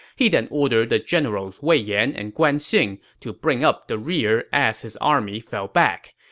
he then ordered the generals wei yan and guan xing to bring up the rear as his army fell back.